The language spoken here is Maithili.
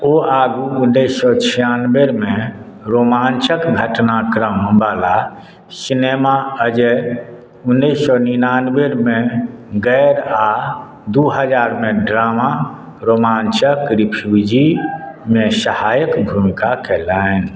ओ आगू उन्नैस सए छियानबेमे रोमाञ्चक घटनाक्रमवला सिनेमा अजय उन्नैस सए निनानबेमे गैर आ दू हजारमे ड्रामा रोमाञ्चक रिफ्यूजीमे सहायक भूमिका केलनि